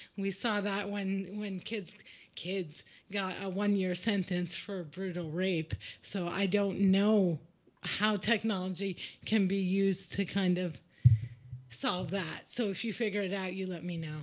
we saw that when when kids kids got a one-year sentence for a brutal rape. so i don't know how technology can be used to kind of solve that. so if you figure it out, you let me